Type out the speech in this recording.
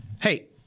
Hey